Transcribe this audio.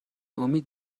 امید